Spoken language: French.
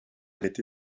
avait